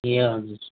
ए हजुर